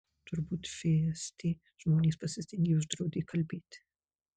turbūt fst žmonės pasistengė uždraudė kalbėti